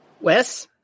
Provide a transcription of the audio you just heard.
Wes